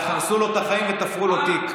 איך הרסו לו את החיים ותפרו לו תיק.